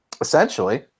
Essentially